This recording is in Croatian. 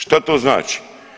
Šta to znači?